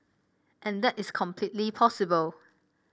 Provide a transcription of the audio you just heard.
and that is completely possible